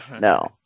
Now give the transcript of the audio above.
No